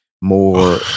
more